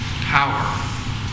power